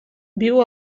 viu